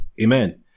Amen